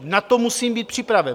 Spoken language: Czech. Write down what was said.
Na to musím být připraven.